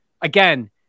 again